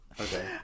Okay